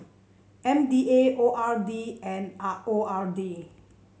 M D A O R D and R O R D